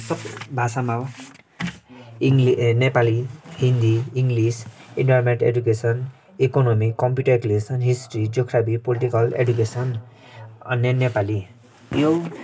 भाषामा English Nepali Hindi English environment education economy computer application history geography political education अन्य नेपाली यो